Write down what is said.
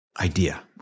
idea